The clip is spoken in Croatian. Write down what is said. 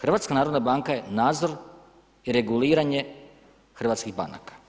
HNB je nadzor i reguliranje hrvatskih banaka.